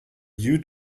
you